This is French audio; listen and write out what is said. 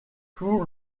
tout